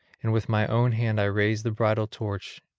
and with my own hand i raised the bridal torch,